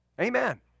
Amen